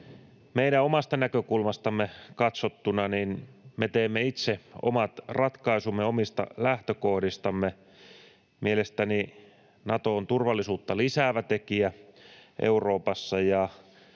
meidän omasta näkökulmastamme katsottuna me teemme itse omat ratkaisumme omista lähtökohdistamme. Mielestäni Nato on turvallisuutta lisäävä tekijä Euroopassa